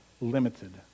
limited